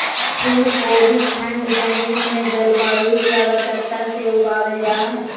फूल कोबी ठंड जमीन में जलवायु की आवश्यकता से उगाबल जा हइ